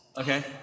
Okay